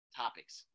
topics